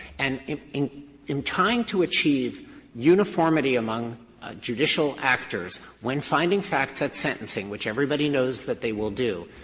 and in in in trying to achieve uniformity among judicial actors when finding facts at sentencing, which everybody knows that they will do,